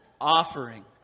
Offering